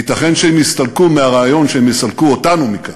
ייתכן שהם יסתלקו מהרעיון שהם יסלקו אותנו מכאן,